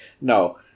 No